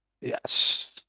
Yes